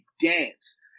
dance